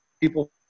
people